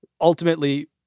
ultimately